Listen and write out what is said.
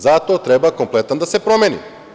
Zato treba kompletan da se promeni.